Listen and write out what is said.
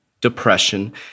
depression